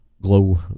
glow